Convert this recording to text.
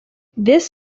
this